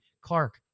Clark